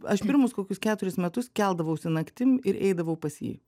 aš pirmus kokius keturis metus keldavausi naktim ir eidavau pas jį